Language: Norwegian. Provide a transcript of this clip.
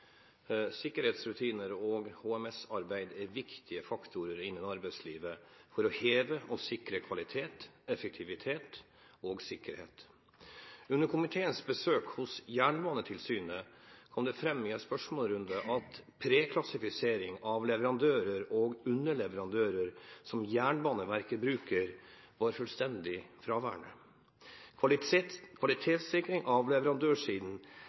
«Sikkerhetsrutiner og HMS-arbeid er viktige faktorer innen arbeidslivet for å heve og sikre kvalitet, effektivitet og sikkerhet. Under komiteens besøk hos Jernbanetilsynet kom det fram i en spørsmålsrunde at preklassifisering av leverandører og underleverandører som Jernbaneverket bruker, var fullstendig fraværende. Kvalitetssikring av